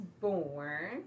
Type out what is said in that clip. born